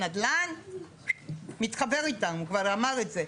נדל"ן הוא מתחבר איתם הוא כבר אמר את זה,